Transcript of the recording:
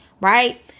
Right